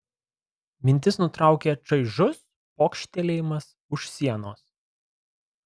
mintis nutraukė čaižus pokštelėjimas už sienos